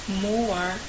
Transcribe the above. more